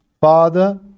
Father